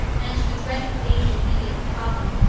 and the dreadful days immediately following,